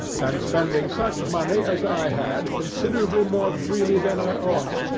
and spending such money as i had, considerably more freely than i ought.